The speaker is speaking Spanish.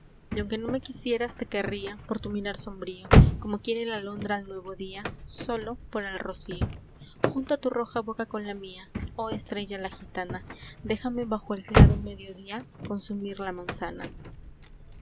muertos y aunque no me quisieras te querría por tu mirar sombrío como quiere la alondra al nuevo día sólo por el rocío junta tu roja boca con la mía oh estrella la gitana déjame bajo el claro mediodía consumir la manzana